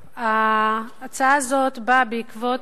ההצעה הזאת באה בעקבות,